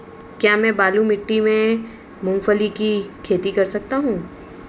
क्या मैं बालू मिट्टी में मूंगफली की खेती कर सकता हूँ?